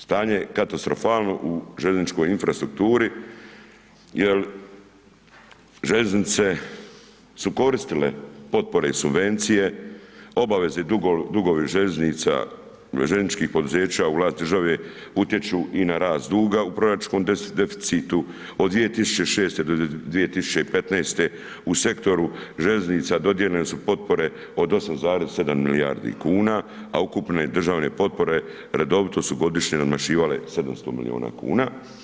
Stanje je katastrofalno u željezničkoj infrastrukturi, jer željeznice su koristile potpore i subvencije, obveze i dugovi željeznica, željezničkih poduzeća u vlast države, utječu i na rast duga u proračunskom deficitu, od 2006.-2015. u sektoru željeznica dodijeljene su potpore od 8,7 milijardi kuna, a ukupne državne potpore, redovito su godišnje nadmašivale 700 milijuna kuna.